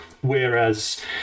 Whereas